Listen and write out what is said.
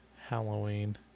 Halloween